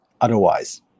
otherwise